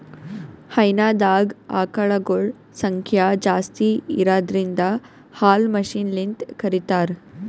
ಹೈನಾದಾಗ್ ಆಕಳಗೊಳ್ ಸಂಖ್ಯಾ ಜಾಸ್ತಿ ಇರದ್ರಿನ್ದ ಹಾಲ್ ಮಷಿನ್ಲಿಂತ್ ಕರಿತಾರ್